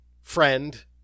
friend